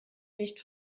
nicht